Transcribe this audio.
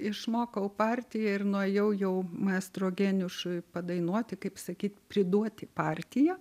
išmokau partiją ir nuėjau jau maestro geniušui padainuoti kaip sakyt priduoti partiją